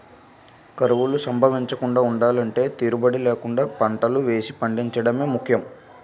కరువులు సంభవించకుండా ఉండలంటే తీరుబడీ లేకుండా పంటలు వేసి పండించడమే ముఖ్యం